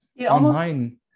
Online